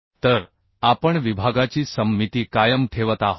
तर आपण विभागाची सममिती कायम ठेवत आहोत